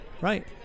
Right